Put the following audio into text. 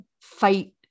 fight